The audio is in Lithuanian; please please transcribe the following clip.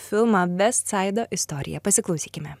filmą vestsaido istorija pasiklausykime